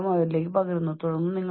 പക്ഷേ നിങ്ങൾ ഒരു മനുഷ്യനാണ്